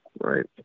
Right